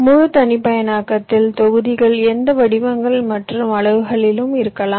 முழு தனிப்பயனாக்கத்தில் தொகுதிகள் எந்த வடிவங்கள் மற்றும் அளவுகளிலும் இருக்கலாம்